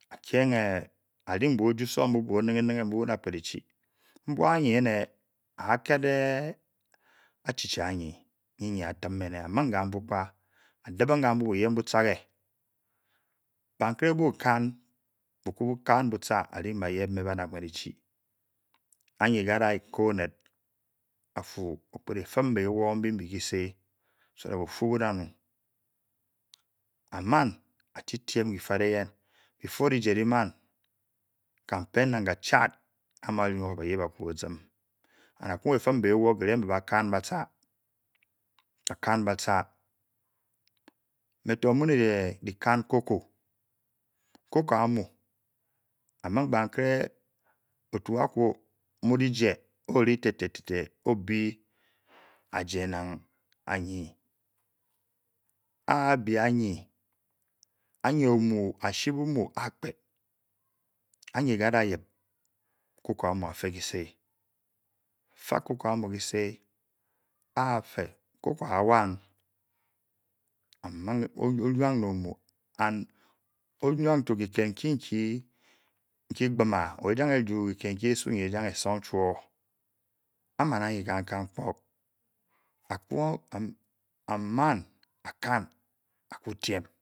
Keh be tum onyeji bafu te kase oba le erude ene na yuye jumo na ye akule mye mye alah chidimen ke be dung men ekule be dung ye go la yed a obu nsu abung yen wa ga ale yed nseleng ba be infu me mu mbad boyep phu a qu nkong ayegi info babela ingde ofor achii ofem ne be bun ptha bayen be be nfo cheit mmo ba kem be kese ba batun baba kembe kese ba yep chi mbe be rakare mbe be chi mpan ban kpeasha bankwashi ba yen ne yene asema ku pkele per mken wasson mblole yed inkele mumu mba pe ba tor impub gasu muk ba gear man ba tua me pator